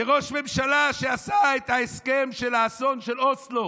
כראש ממשלה שעשה את ההסכם של האסון של אוסלו,